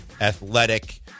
athletic